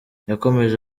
yakomeje